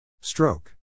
Stroke